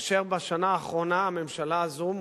כאשר בשנה האחרונה הממשלה הזאת,